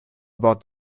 about